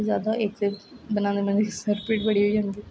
ज्यादा इक बनांदे बनांदे सिर पीड़ बड़ी होई जंदी